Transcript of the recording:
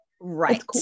right